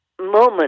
moment